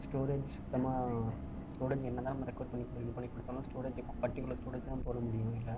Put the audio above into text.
storage சுத்தமாக storage என்ன தான் நம்ம ரெக்கவர் பண்ணி இது பண்ணி கொடுத்தாலும் ஸ்டோரேஜ் பர்டிகுலர் ஸ்டோரேஜ் தான் போட முடியும் இதில்